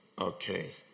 Okay